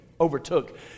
overtook